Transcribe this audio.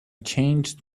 changed